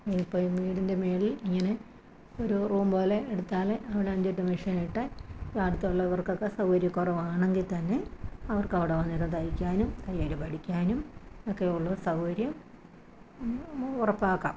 ഇപ്പോഴും വീടിൻ്റെ മുകളിൽ ഇങ്ങനെ ഒരു റൂം പോലെ എടുത്താല് അവിടെ അഞ്ചെട്ട് മെഷീനിട്ട് അടുത്തുള്ളവർക്കൊക്കെ സൗകര്യക്കുറവാണെങ്കില്ത്തന്നെ അവർക്കവിടെ വന്നിരുന്നു തയ്ക്കാനും തയ്യല് പഠിക്കാനും ഒക്കെയുള്ള സൗകര്യം ഉറപ്പാക്കാം